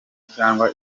cyangwa